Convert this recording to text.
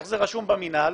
איך זה רשום במנהל?